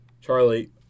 Charlie